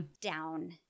down